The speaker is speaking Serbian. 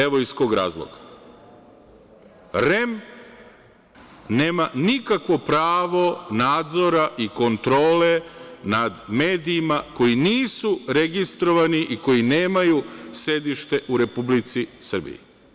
Evo iz kog razloga - REM nema nikakvo pravo nadzora i kontrole nad medijima koji nisu registrovani i koji nemaju sedište u Republici Srbiji.